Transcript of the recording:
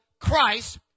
Christ